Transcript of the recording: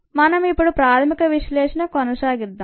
మనం ఇప్పుడు ప్రాథమిక విశ్లేషణ కొనసాగిద్దాం